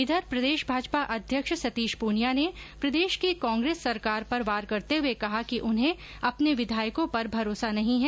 इधर प्रदेश भाजपा अध्यक्ष सतीश पूनिया ने प्रदेश की कांग्रेस सरकार पर वार करते हुए कहा कि उन्हें अपने विधायकों पर भरोसा नहीं है